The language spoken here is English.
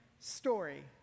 Story